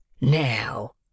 now